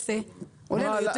נעה,